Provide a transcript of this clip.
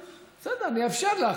בסדר, אני אאפשר לך.